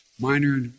minor